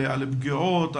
על פגיעות,